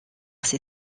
ces